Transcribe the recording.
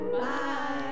Bye